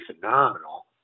phenomenal